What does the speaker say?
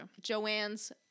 Joanne's